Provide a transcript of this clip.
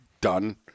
done